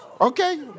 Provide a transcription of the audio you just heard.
Okay